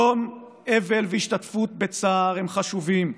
יום אבל והשתתפות בצער הם חשובים,